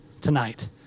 tonight